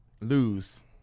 lose